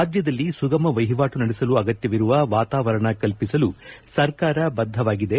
ರಾಜ್ಜದಲ್ಲಿ ಸುಗಮ ವಹಿವಾಟು ನಡೆಸಲು ಅಗತ್ತವಿರುವ ವಾತಾವರಣ ಕಲ್ಪಿಸಲು ಸರ್ಕಾರ ಬದ್ದವಾಗಿದೆ